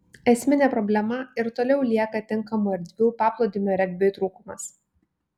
esminė problema ir toliau lieka tinkamų erdvių paplūdimio regbiui trūkumas